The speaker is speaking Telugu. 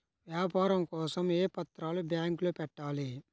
వ్యాపారం కోసం ఏ పత్రాలు బ్యాంక్లో పెట్టాలి?